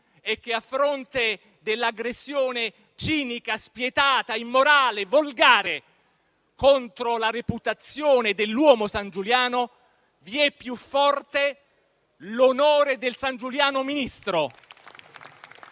che, a fronte dell'aggressione cinica, spietata, immorale e volgare contro la reputazione dell'uomo Sangiuliano, vi è più forte l'onore del Sangiuliano ministro.